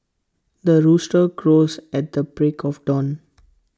the rooster crows at the break of dawn